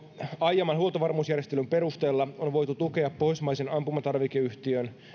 aiemman huoltovarmuusjärjestelyn perusteella on voitu tukea pohjoismaisen ampumatarvikeyhtiön